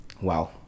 Wow